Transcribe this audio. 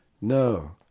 No